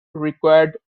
required